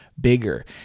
Bigger